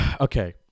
okay